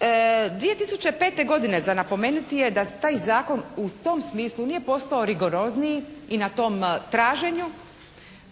2005. godine za napomenuti je da se taj zakon u tom smislu nije postao rigorozniji i na tom traženju,